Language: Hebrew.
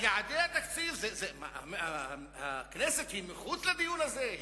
יעדי התקציב, הכנסת היא מחוץ לדיון הזה?